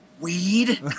weed